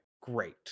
great